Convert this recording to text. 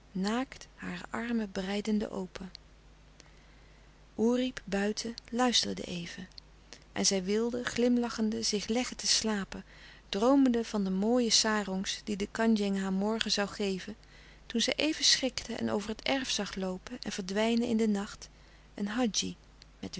naakt hare armen breidende open oerip buiten luisterde even en zij wilde glimlachende zich leggen te slapen droomende van de mooie sarongs die de kandjeng haar morgen zoû geven toen zij even schrikte en over het erf zag loopen en verdwijnen in den nacht een hadji met